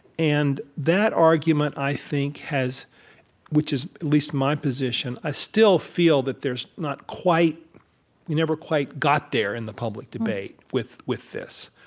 and that argument, i think, has which is at least my position, i still feel that there's not quite we never quite got there in the public debate with with this.